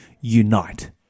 unite